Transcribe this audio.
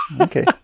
Okay